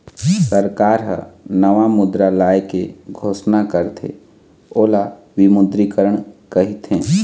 सरकार ह नवा मुद्रा लाए के घोसना करथे ओला विमुद्रीकरन कहिथें